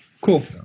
Cool